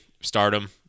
stardom